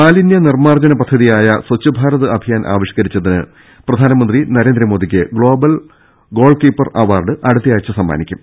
മാലിന്യ നിർമാർജന പദ്ധതിയായ സ്വഛ്ഭാരത് അഭിയാൻ ആവി ഷ്കരിച്ചതിന് പ്രധാനമന്ത്രി നരേന്ദ്രമോദിക്ക് ഗ്ലോബൽ ഗോൾ കീപ്പർ അവാർഡ് അടുത്തയാഴ്ച സമ്മാനിക്കും